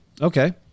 Okay